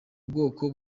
bwoko